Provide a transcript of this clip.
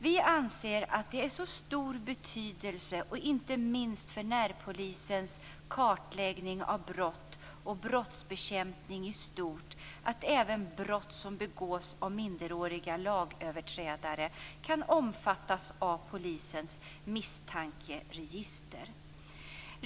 Vi anser att det har så stor betydelse inte minst för närpolisens kartläggning av brott och brottsbekämpning i stort att även brott som begås av minderåriga lagöverträdare kan omfattas av polisens misstankeregister.